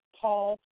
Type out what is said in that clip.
Paul